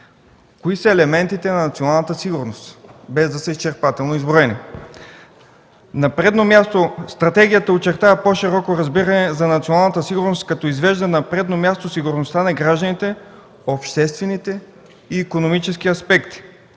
кои са елементите на националната сигурност, без да са изчерпателно изброени: на първо място, стратегията очертава по-широко разбиране за националната сигурност, като извежда на предно място сигурността на гражданите, обществените и икономически аспекти,